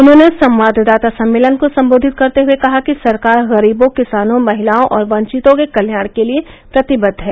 उन्होंने संवाददाता सम्मेलन को सम्बोधित करते हये कहा कि सरकार गरीबों किसानों महिलाओं और वंचितों के कल्याण के लिये प्रतिबद्ध है